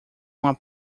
uma